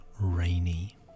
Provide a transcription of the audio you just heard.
rainy